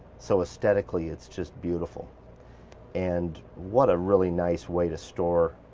so aesthetically, it's just beautiful and what a really nice way to store